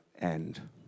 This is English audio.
end